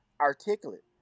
articulate